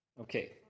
Okay